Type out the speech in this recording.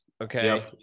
okay